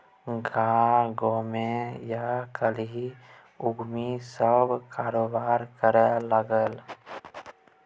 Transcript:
गामोमे आयकाल्हि माउगी सभ कारोबार करय लागलै